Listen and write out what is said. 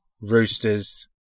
Roosters